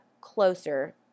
closer